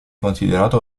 considerato